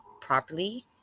properly